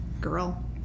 girl